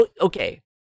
Okay